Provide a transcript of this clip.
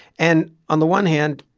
and on the one hand,